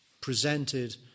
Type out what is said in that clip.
presented